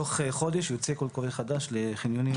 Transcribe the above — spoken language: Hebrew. תוך חודש יוצא קול קורא חדש לחניונים למשאיות.